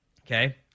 Okay